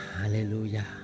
Hallelujah